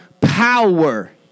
power